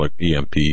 EMP